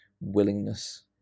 willingness